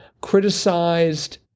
criticized